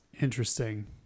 interesting